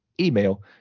email